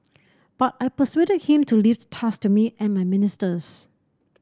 but I persuaded him to leave the task to me and my ministers